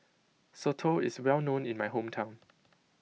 Soto is well known in my hometown